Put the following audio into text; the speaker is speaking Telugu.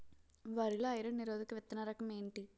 వరి లో ఐరన్ నిరోధక విత్తన రకం ఏంటి?